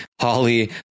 Holly